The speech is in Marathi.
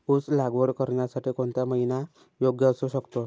ऊस लागवड करण्यासाठी कोणता महिना योग्य असू शकतो?